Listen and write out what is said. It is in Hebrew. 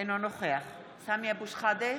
אינו נוכח סמי אבו שחאדה,